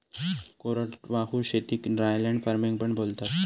कोरडवाहू शेतीक dryland farming पण बोलतात